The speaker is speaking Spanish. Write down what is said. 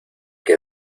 que